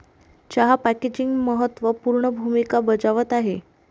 चहा पॅकेजिंग महत्त्व पूर्ण भूमिका बजावत आहे